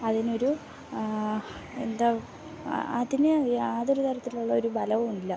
അതിന് ഒരു എന്താവോ അതിന് യാതൊരു തരത്തിലുള്ള ഒരു ബലവും ഇല്ല